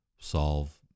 solve